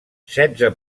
setze